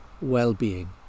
well-being